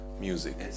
music